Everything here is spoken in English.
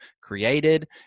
created